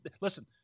listen